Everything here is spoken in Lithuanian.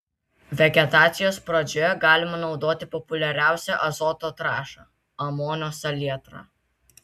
vegetacijos pradžioje galima naudoti populiariausią azoto trąšą amonio salietrą